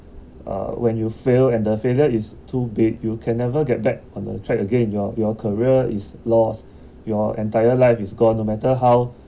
uh when you fail and the failure is too big you can never get back on the track again your your career is lost your entire life is gone no matter how